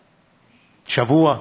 שבוע,